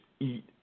eat